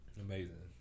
Amazing